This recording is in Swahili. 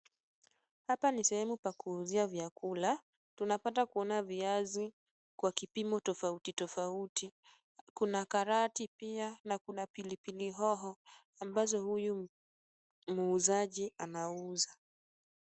Hapa ni sehemu pa kuuzia vyakula. Tunapata kuona viazi kwa kipimo tofauti tofauti . Kuna karoti pia na kuna pilipili hoho ambazo huyu muuzaji anauza.